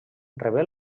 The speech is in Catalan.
rebé